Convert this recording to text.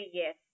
yes